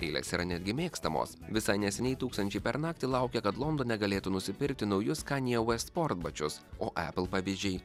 eilės yra netgi mėgstamos visai neseniai tūkstančiai per naktį laukė kad londone galėtų nusipirkti naujus kanija vuėst sportbačius o epl pavyzdžiai